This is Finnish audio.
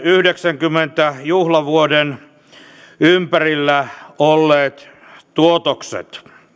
yhdeksänkymmentä juhlavuoden ympärillä olleet tuotokset